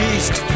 East